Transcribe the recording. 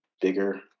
bigger